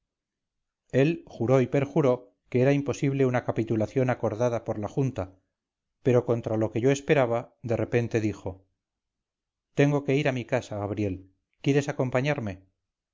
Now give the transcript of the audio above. él juró y perjuró que era imposible una capitulación acordada por la junta pero contra lo que yo esperaba de repente dijo tengo que ir a mi casa gabriel quieres acompañarme